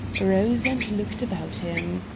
rose and looked about him.